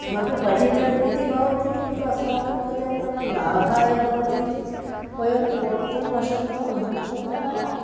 किमपि पठितम् इति भवति किन्तु अस्माकं कृते तत् लाभाय भवति इति वयं वक्तुं न शक्नुमः इत्यतः